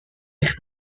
eich